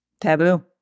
Taboo